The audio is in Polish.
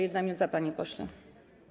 1 minuta, panie pośle.